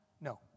No